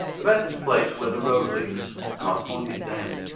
about this place where the road leads and i pointed down.